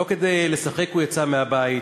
לא כדי לשחק הוא יצא מהבית,